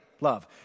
Love